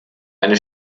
eine